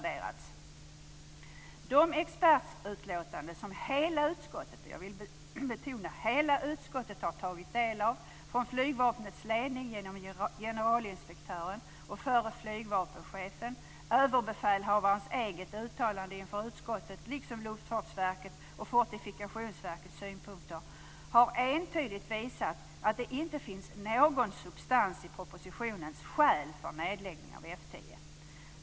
De expertutlåtanden som hela utskottet tagit del av - från flygvapnets ledning genom generalinspektören och förre flygvapenchefen, överbefälhavarens eget uttalande inför utskottet liksom Luftfartsverkets och Fortifikationsverkets synpunkter - har entydigt visat att det inte finns någon substans i propositionens skäl för nedläggning av F 10.